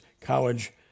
College